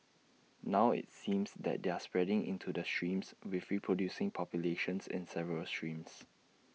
now IT seems that they're spreading into the streams with reproducing populations in several streams